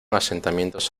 asentamientos